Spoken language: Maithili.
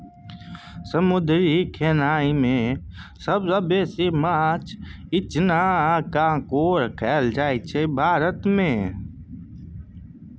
समुद्री खेनाए मे सबसँ बेसी माछ, इचना आ काँकोर खाएल जाइ छै भारत मे